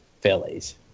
phillies